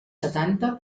setanta